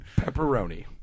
Pepperoni